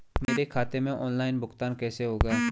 मेरे खाते में ऑनलाइन भुगतान कैसे होगा?